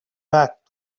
back